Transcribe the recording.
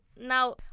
now